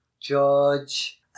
George